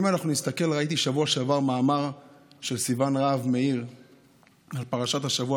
ראיתי בשבוע שעבר מאמר של סיון רהב מאיר על פרשת השבוע,